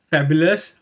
Fabulous